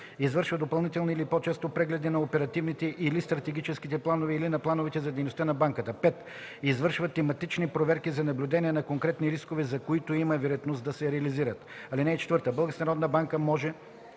извършва допълнителни или по-чести прегледи на оперативните или стратегическите планове или на плановете за дейността на банката; 5. извършва тематични проверки за наблюдение на конкретни рискове, за които има вероятност да се реализират. (4) Българската народна банка може